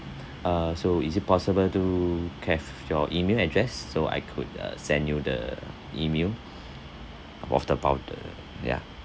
uh so is it possible to have your email address so I could uh send you the email of the voucher ya